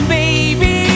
baby